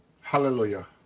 Hallelujah